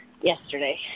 yesterday